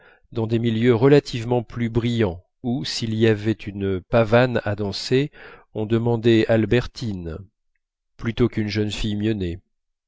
dans les milieux relativement plus brillants où s'il y avait une pavane à danser on demandait albertine plutôt qu'une jeune fille